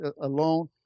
alone